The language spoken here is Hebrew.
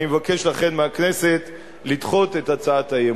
ואני מבקש, לכן, מהכנסת לדחות את הצעת האי-אמון.